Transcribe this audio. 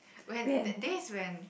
when that days when